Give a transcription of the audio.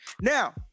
Now